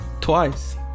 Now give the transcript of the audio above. twice